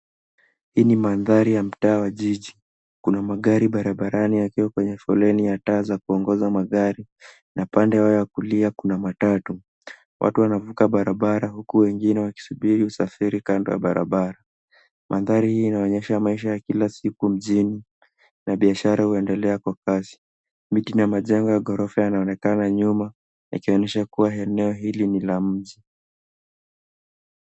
Hii ni mandhari ya mtaa wa jiji. Kuna magari barabarani yakiwa kwenye foleni ya taa za kuongoza magari. Na pande yao ya kulia kuna matatu. Watu wanavuka barabara huku wengine wakisubiri usafiri kando ya barabara. Mandhari hii inaonyesha maisha ya kila siku mjini na biashara huendelea kwa kasi. Miti na majengo ya gorofa yanaonekana nyuma yakionyesha kuwa eneo hili ni la mji.